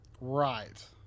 right